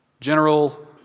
General